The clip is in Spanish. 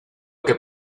que